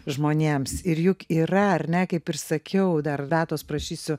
žmonėms ir juk yra ar ne kaip ir sakiau dar beatos prašysiu